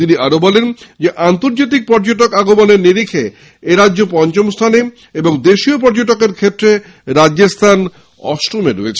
তিনি আরও বলেন আন্তর্জাতিক পর্যটক আগমনের নীরিখে এরাজ্য পঞ্চমস্হানে এবং দেশীয় পর্যটকের ক্ষেত্রে রাজ্যের স্হান অষ্টমে রয়েছে